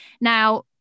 Now